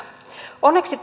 onneksi